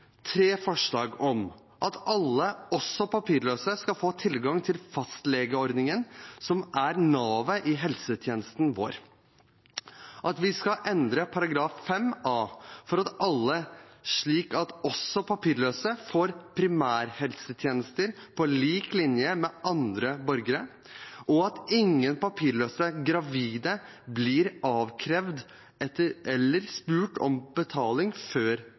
tre forslag om at alle, også papirløse, skal få tilgang til fastlegeordningen, som er navet i helsetjenesten vår, at vi skal endre § 5 a for at alle, også de papirløse, får primærhelsetjenester på lik linje med andre borgere, og at ingen papirløse gravide blir avkrevd eller spurt om betaling før